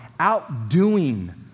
outdoing